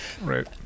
Right